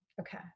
Okay